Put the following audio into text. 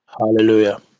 Hallelujah